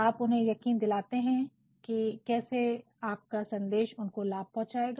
आप उन्हें यकीन दिलाते हैं कि कैसे आपका संदेश उनको लाभ पहुंचाएगा